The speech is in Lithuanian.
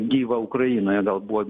gyvą ukrainoje gal buvo